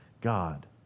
God